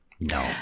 No